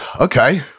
Okay